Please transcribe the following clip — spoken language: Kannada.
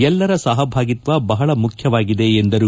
ಎಲ್ಲರ ಸಹಭಾಗಿತ್ವ ಬಹಳ ಮುಖ್ಯವಾಗಿದೆ ಎಂದರು